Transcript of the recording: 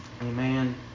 Amen